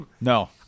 No